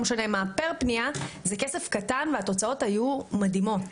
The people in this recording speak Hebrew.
זה כסף קטן והתוצאות היו מדהימות.